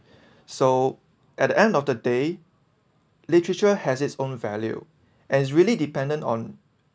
so at the end of the day literature has its own value as really dependent on